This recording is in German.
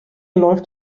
läuft